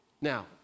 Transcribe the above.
Now